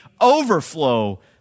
overflow